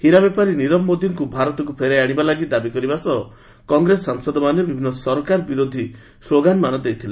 ହୀରା ବେପାରୀ ନିରବ ମୋଦିଙ୍କୁ ଭାରତକୁ ଫେରାଇ ଆଣିବା ଲାଗି ଦାବି କରିବା ସହ କଂଗ୍ରେସ ସାଂସଦମାନେ ବିଭିନ୍ନ ସରକାର ବିରୋଧି ସ୍ଲାଗାନମାନ ଦେଇଥିଲେ